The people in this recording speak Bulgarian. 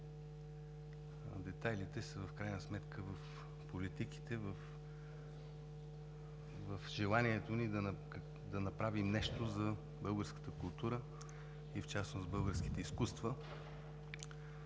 Детайлите в крайна сметка са в политиките, в желанието ни да направим нещо за българската култура и в частност за българските изкуства,